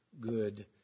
good